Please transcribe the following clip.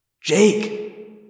Jake